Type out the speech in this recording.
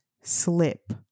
slip